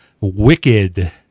wicked